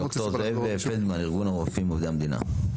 ד"ר זאב פלדמן, יו"ר ארגון הרופאים עובדי המדינה.